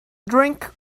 drink